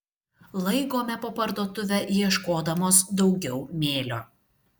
laigome po parduotuvę ieškodamos daugiau mėlio